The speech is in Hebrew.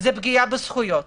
וזו פגיעה בזכויות.